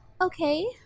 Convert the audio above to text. Okay